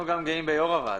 אנחנו גם גאים ביו"ר הוועדה.